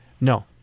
No